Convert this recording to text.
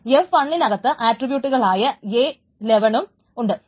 f1 നകത്ത് ആട്രിബ്യൂട്ടായ a11 നും ഉണ്ട്